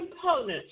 components